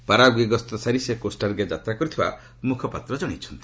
Paraguay ଗସ୍ତ ସାରି ସେ କୋଷ୍ଟାରିକା ଯାତ୍ରା କରିଥିବା ମୁଖପାତ୍ର ଜଣାଇଛନ୍ତି